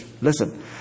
Listen